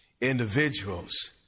individuals